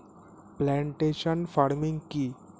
Plantation farming কি?